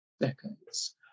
decades